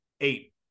eight